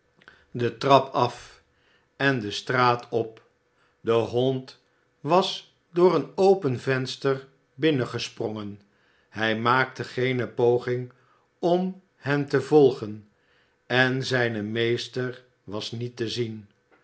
de trap af en de straat op de hond was door een open venster binnengesprongen hij maakte geene poging om hen te volgen en zijn meester was niet te zien